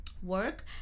work